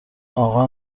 آقا